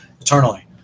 eternally